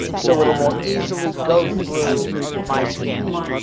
so it'll more easily go through my scanner.